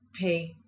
pay